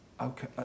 okay